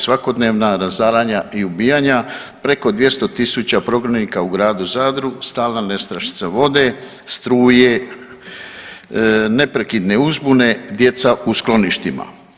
Svakodnevna razaranja i ubijanja preko 200 000 prognanika u gradu Zadru, stalna nestašica vode, struje, neprekidne uzbune, djeca u skloništima.